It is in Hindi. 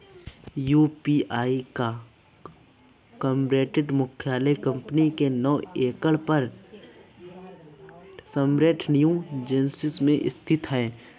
यू.पी.आई का कॉर्पोरेट मुख्यालय कंपनी के नौ एकड़ पर समरसेट न्यू जर्सी में स्थित है